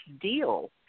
deal